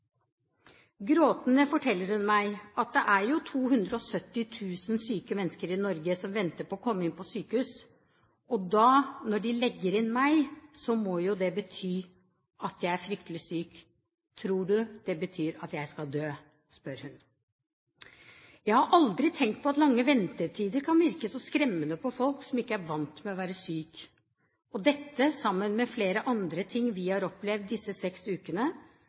Gråtende forteller hun meg at det jo er 270 000 syke mennesker i Norge som venter på å komme inn på sykehus, og når de legger inn meg, må jo det bety at jeg er fryktelig syk. Tror du det betyr at jeg skal dø? spør hun. Jeg har aldri tenkt på at lange ventetider kan virke så skremmende på folk som ikke er vant med å være syke. Dette, sammen med flere andre ting vi har opplevd disse seks ukene,